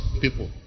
people